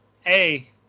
hey